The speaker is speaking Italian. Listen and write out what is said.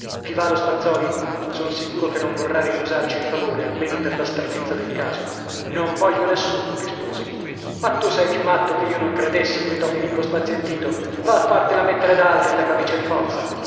ti va lo spazzòli son sicuro che non vorrà ricusarci il favore almeno per la stranezza del caso non voglio nessuno risposi ma tu sei più matto che io non credessi gridò filippo spazientito va a fartela mettere da altri la camicia di forza